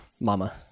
Mama